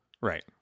Right